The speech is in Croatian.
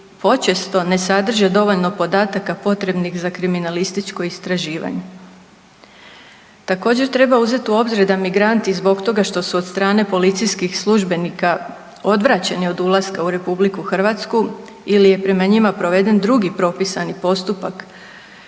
počesto ne sadrže dovoljno podataka potrebnih za kriminalističko istraživanje. Također treba uzeti u obzir da migranti zbog toga što su od strane policijskih službenika odvraćeni od ulaska u RH ili je prema njima proveden drugi propisani postupak